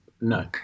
No